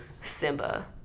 Simba